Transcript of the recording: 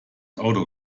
auto